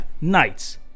knights